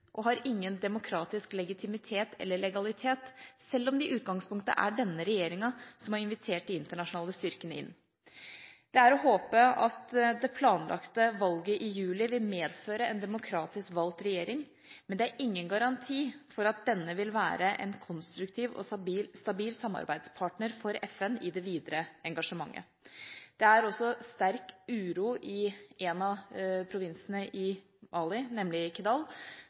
og har ingen demokratisk legitimitet eller legalitet, selv om det i utgangspunktet er denne regjeringa som har invitert de internasjonale styrkene inn. Det er å håpe at det planlagte valget i juli vil medføre en demokratisk valgt regjering, men det er ingen garanti for at denne vil være en konstruktiv og stabil samarbeidspartner for FN i det videre engasjementet. Det er også sterk uro i en av provinsene i Mali, nemlig Kidal,